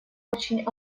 очень